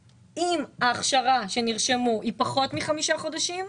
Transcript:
ההכשרה שנרשמו היא פחות מחמישה חודשים,